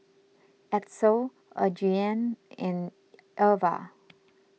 Edsel Adriane and Irva